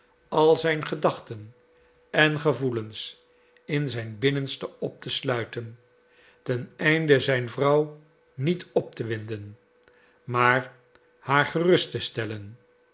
al zijn gedachten en gevoelens in zijn binnenste op te sluiten ten einde zijn vrouw niet op te winden maar haar gerust te stellen